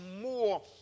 more